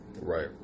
Right